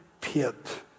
pit